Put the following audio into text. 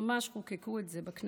כשממש חוקקו את זה בכנסת: